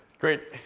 great.